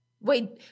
Wait